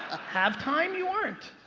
have time, you aren't.